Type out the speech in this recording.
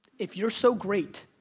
if you're so great,